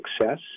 success